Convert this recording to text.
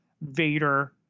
Vader